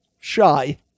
shy